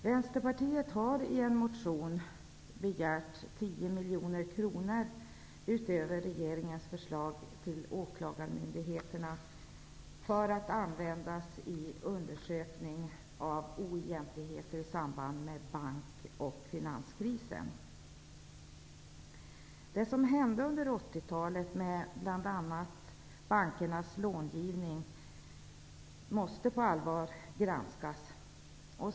Vänsterpartiet har i en motion begärt att det utöver regeringens förslag skall anslås 10 miljoner kronor till åklagarmyndigheterna för att användas till undersökningar av oegentligheter i samband med bank och finanskrisen. Bankernas långivning under 80-talet måste på allvar granskas.